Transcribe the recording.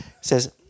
says